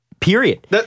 period